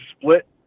split